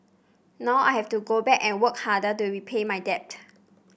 now I have to go back and work harder to repay my debt